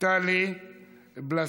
טלי פלוסקוב,